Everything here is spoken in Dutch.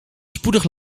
spoedig